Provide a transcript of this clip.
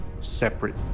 separate